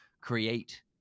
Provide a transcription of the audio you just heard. create